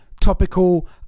topical